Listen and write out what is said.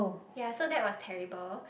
ya so that was terrible